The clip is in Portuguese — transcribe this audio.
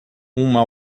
uma